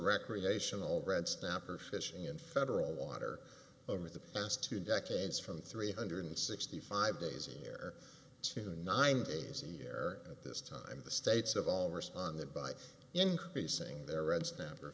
recreational red snapper fishing in federal water over the past two decades from three hundred sixty five days a year to nine days a year at this time the states of all responded by increasing their red snapper